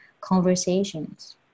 conversations